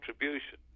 contribution